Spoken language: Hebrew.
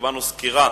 וקיבלנו סקירה